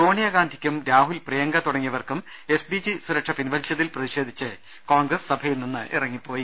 സോണിയാ ഗാന്ധിക്കും രാഹുൽ പ്രിയങ്ക തുടങ്ങിയവർക്കും എസ്പിജി സുർക്ഷ പിൻവലിച്ചതിൽ പ്രതിഷേധിച്ച് കോൺഗ്രസ് സഭയിൽ നിന്നും ഇറങ്ങിപ്പോയി